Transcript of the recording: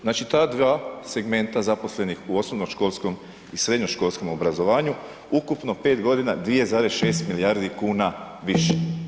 Znači ta dva segmenta zaposlenih u osnovnoškolskom i srednjoškolskom obrazovanju ukupno 5 godina 2,6 milijardi kuna više.